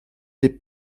les